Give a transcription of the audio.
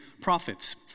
prophets